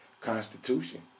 Constitution